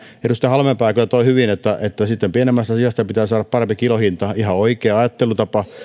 edustaja halmeenpää kyllä toi hyvin esiin että sitten pienemmästä siasta pitää saada parempi kilohinta ihan oikea ajattelutapa